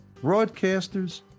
broadcasters